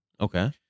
Okay